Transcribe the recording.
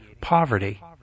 poverty